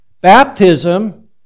Baptism